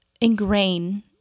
ingrain